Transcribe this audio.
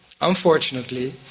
unfortunately